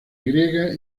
griega